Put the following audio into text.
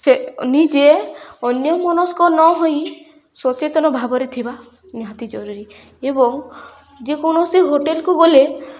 ସେ ନିଜେ ଅନ୍ୟମନସ୍କ ନ ହୋଇ ସଚେତନ ଭାବରେ ଥିବା ନିହାତି ଜରୁରୀ ଏବଂ ଯେକୌଣସି ହୋଟେଲ୍କୁ ଗଲେ